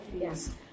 Yes